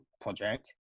project